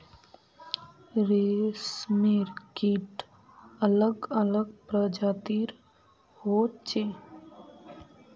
रेशमेर कीट अलग अलग प्रजातिर होचे